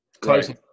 Closing